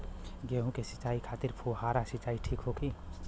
गेहूँ के सिंचाई खातिर फुहारा सिंचाई ठीक होखि?